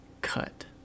Cut